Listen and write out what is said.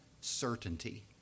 certainty